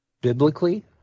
biblically